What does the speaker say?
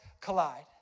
collide